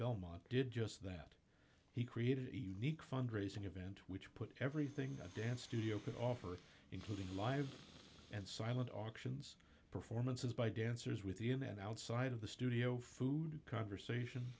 belmont did just that he created a unique fundraising event which put everything dance studio could offer including live and silent auctions performances by dancers within and outside of the studio food conversation